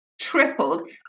tripled